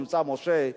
ב"מבצע משה",